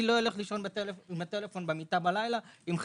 אם אני לא אלך לישון עם הטלפון במיטה בלילה אם,